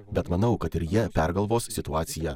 bet manau kad ir jie pergalvos situaciją